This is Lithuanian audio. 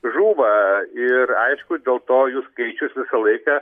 žūva ir aišku dėl to jų skaičius visą laiką